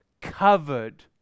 covered